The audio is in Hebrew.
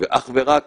ואך ורק